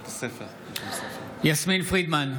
בעד יסמין פרידמן,